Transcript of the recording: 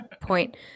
point